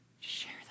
Share